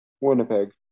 Winnipeg